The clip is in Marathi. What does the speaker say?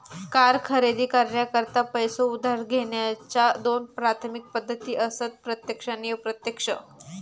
कार खरेदी करण्याकरता पैसो उधार घेण्याच्या दोन प्राथमिक पद्धती असत प्रत्यक्ष आणि अप्रत्यक्ष